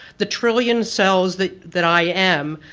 the trillion cells that that i am,